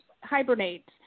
hibernate